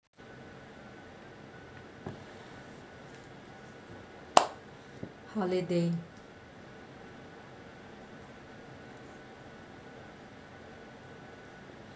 holiday